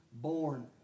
born